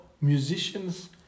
musicians